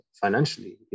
financially